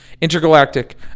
Intergalactic